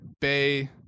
Bay